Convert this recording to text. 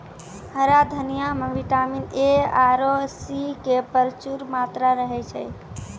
हरा धनिया मॅ विटामिन ए आरो सी के प्रचूर मात्रा रहै छै